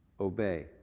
obey